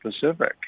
Pacific